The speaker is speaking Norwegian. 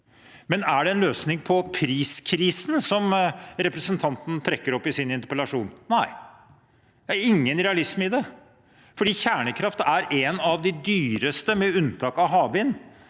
Men er det en løsning på priskrisen, som representanten trekker opp i sin interpellasjon? Nei, det er ingen realisme i det, for kjernekraft er, med unntak av havvind,